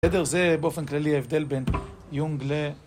בסדר? זה באופן כללי ההבדל בין יונג ל...